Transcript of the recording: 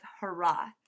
Hurrah